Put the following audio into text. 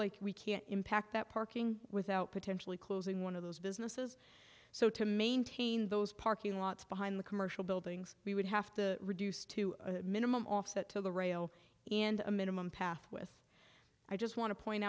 like we can impact that parking without potentially closing one of those businesses so to maintain those parking lots behind the commercial buildings we would have to reduce to a minimum offset to the rail and a minimum path with i just want to point